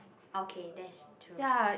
okay that's true